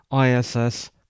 ISS